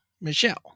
Michelle